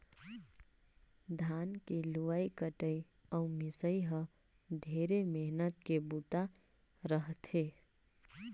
धान के लुवई कटई अउ मिंसई ह ढेरे मेहनत के बूता रह थे